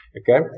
Okay